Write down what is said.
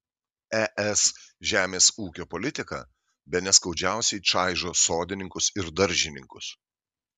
es žemės ūkio politika bene skaudžiausiai čaižo sodininkus ir daržininkus